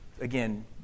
again